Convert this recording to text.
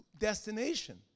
destination